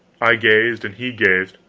i gazed and he gazed.